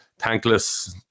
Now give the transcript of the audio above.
tankless